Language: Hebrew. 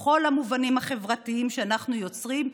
בכל המבנים החברתיים שאנחנו יוצרים,